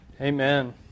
Amen